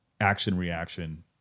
action-reaction